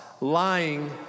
lying